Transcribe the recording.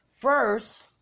first